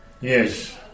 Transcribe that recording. Yes